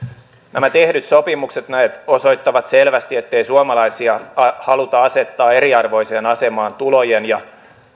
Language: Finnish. nämä tehdyt sopimukset näet osoittavat selvästi ettei suomalaisia haluta asettaa eriarvoiseen asemaan tulojen ja